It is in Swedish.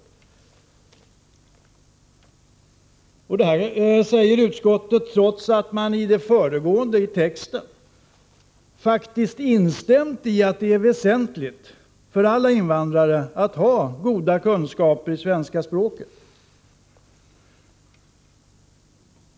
Utskottet säger detta trots att man i det föregående faktiskt instämt i att det är väsentligt för alla invandrare att ha goda kunskaper i svenska språket.